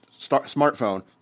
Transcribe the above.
smartphone